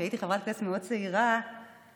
כשהייתי חברת כנסת מאוד צעירה וחדשה,